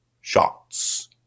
shots